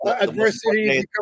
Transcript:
Adversity